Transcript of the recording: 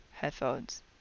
headphones